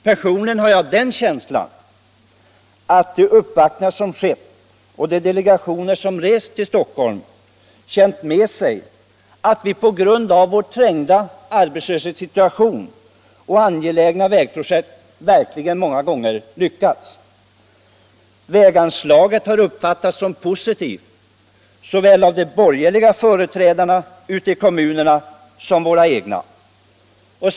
Personligen har jag den känslan att de delegationer som rest till Stockholm för uppvaktningar känt med sig att vi, på grund av vår trängda arbetslöshetssituation och på grund av att vi har angelägna vägprojekt, många gånger verkligen lyckats: Väganslaget har uppfattats som positivt såväl av de borgerliga företrädarna ute i kommunerna som av våra egna företrädare.